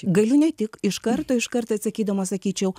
galiu ne tik iš karto iškart atsakydama sakyčiau